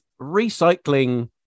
recycling